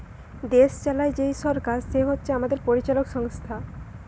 দেশ চালায় যেই সরকার সে হচ্ছে আমাদের পরিচালক সংস্থা